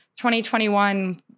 2021